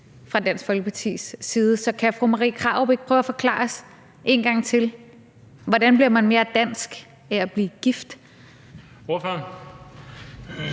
fra Dansk Folkepartis side. Så kan fru Marie Krarup ikke prøve at forklare os en gang til, hvordan man bliver mere dansk af at blive gift? Kl.